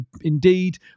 indeed